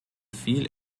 viel